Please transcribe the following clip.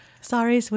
Sorry